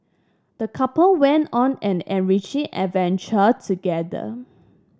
the couple went on an enriching adventure together